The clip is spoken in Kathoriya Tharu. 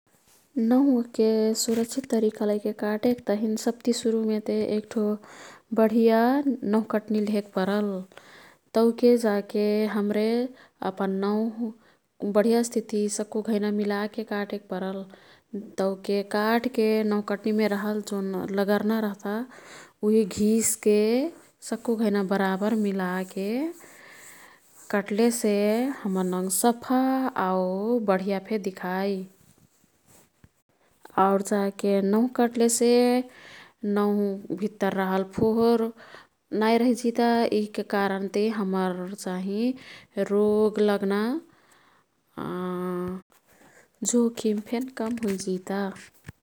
नहुं ओह्के सुरक्षित तरिका लैके काटेक तहिन सब्ति सुरुमेते एक्ठो बढिया नहुंकट्नी लेहेक परल। तौके जाके हाम्रे अपन नहुं बढियस्तिती सक्कु घैना मिलाके काटेक परल। तौके काट्के नहुंकाट्नीमे रहल जोन लगर्ना रह्ता उही घिसके सक्कु घैना बराबर मिलाके काट्लेसे हम्मर नंग सफा आऊ बढियाफे दिखाई। आउर जाके नहुं काट्लेसे नहुं भित्तर रहल फोहोर नाई रैहजिता। यिह्का कारनती हम्मर चाहिँ रोग लग्ना जोखिमफेन कम हुईजिता।